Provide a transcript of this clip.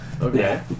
Okay